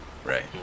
Right